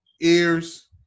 ears